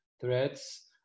threads